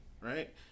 right